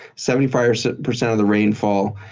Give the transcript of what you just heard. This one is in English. seventy five percent percent of the rainfall.